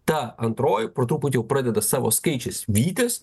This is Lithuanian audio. ta antroji po truputį jau pradeda savo skaičiais vytis